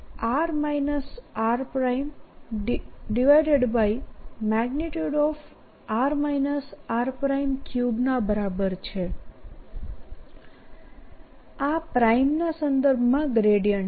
આ પ્રાઇમના સંદર્ભમાં ગ્રેડીયંટ છે